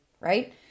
right